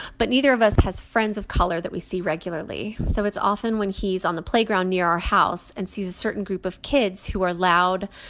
but neither of us has friends of color that we see regularly. so it's often when he's on the playground near our house and sees a certain group of kids who are loud,